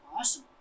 awesome